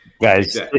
Guys